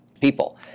people